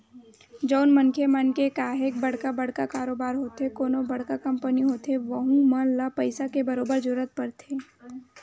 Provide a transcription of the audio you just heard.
जउन मनखे मन के काहेक बड़का बड़का कारोबार होथे कोनो बड़का कंपनी होथे वहूँ मन ल पइसा के बरोबर जरूरत परथे